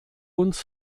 uns